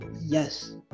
Yes